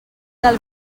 del